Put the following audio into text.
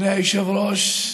אדוני היושב-ראש,